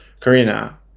Karina